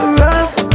rough